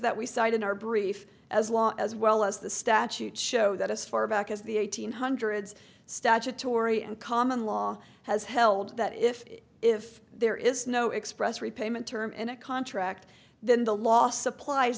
that we cite in our brief as law as well as the statute show that as far back as the eighteen hundreds statutory and common law has held that if if there is no express repayment term in a contract then the law supplies